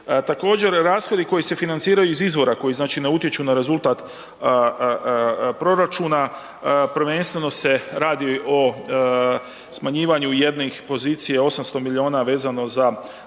Također, rashodi koji se financiraju iz izvora koji znači ne utječu na rezultat proračuna, prvenstveno se radi o smanjivanju jednih pozicija 800 miliona vezano za